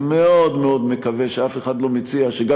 אני מאוד מאוד מקווה שאף אחד לא מציע שגם